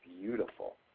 beautiful